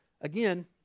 again